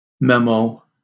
memo